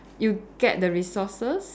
you get the resources